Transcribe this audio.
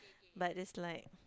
but this light